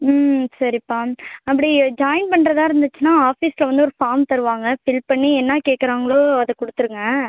ம் சரிப்பா அப்படி ஜாயின் பண்ணுறதா இருந்துச்சுன்னா ஆஃபிஸில் வந்து ஒரு ஃபார்ம் தருவாங்க ஃபில் பண்ணி என்ன கேட்கிறாங்களோ அதை கொடுத்துடுங்க